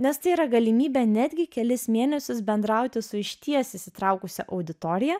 nes tai yra galimybė netgi kelis mėnesius bendrauti su išties įsitraukusia auditorija